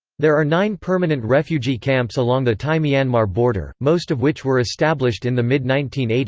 there are nine permanent refugee camps along the thai-myanmar border, most of which were established in the mid nineteen eighty